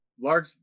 large